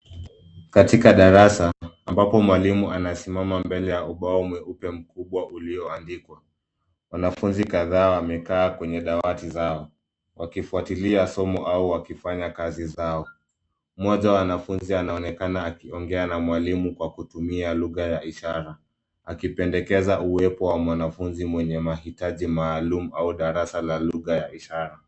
Katika darasa ambapo mwalimu anasimama mbele ya ubao mweupe mkubwa ulio andikwa ,wanafunzi kadhaa wamekaa kwenye dawati zao wakifuatilia somo au wakifanya kazi zao ,mmoja wanafunzi anaonekana akiongea na mwalimu kwa kutumia lugha ya ishara akipendekeza uwepo wa mwanafunzi mwenye mahitaji maalum au darasa la lugha ya ishara.